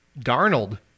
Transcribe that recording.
Darnold